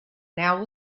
now